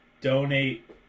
donate